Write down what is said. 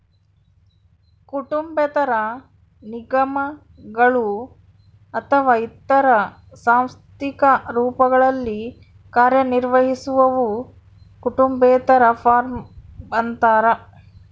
ಕುಟುಂಬೇತರ ನಿಗಮಗಳು ಅಥವಾ ಇತರ ಸಾಂಸ್ಥಿಕ ರೂಪಗಳಲ್ಲಿ ಕಾರ್ಯನಿರ್ವಹಿಸುವವು ಕುಟುಂಬೇತರ ಫಾರ್ಮ ಅಂತಾರ